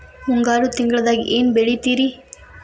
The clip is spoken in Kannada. ಮುಂಗಾರು ತಿಂಗಳದಾಗ ಏನ್ ಬೆಳಿತಿರಿ?